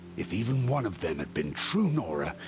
if even one of them had been true nora.